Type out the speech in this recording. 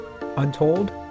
untold